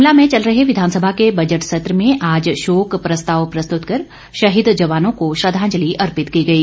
शिमला में चल रहे विधानसभा के बजट सत्र में आज शोक प्रस्ताव प्रस्तुत कर शहीद जवानों को श्रद्वांजलि अर्पित की गई